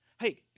Hey